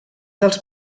dels